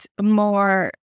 more